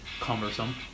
Cumbersome